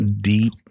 deep